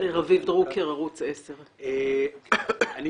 רביב דרוקר, ערוץ 10. תודה ליושבת ראש.